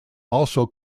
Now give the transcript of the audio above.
also